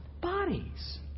bodies